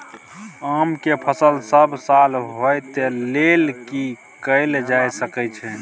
आम के फसल सब साल होय तै लेल की कैल जा सकै छै?